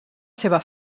seva